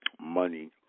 money